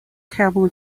camel